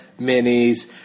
Minis